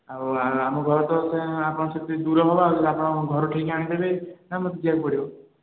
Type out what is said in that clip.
ଆଉ ଆ ଆମ ଘର ତ ଦୂର ହେବ ଆଉ ଯଦି ଆପଣ ଘର ଠେଇଁକି ଆଣିଦେବେ ନାଁ ମୋତେ ଯିବାକୁ ପଡ଼ିବ